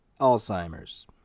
Alzheimer's